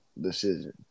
decision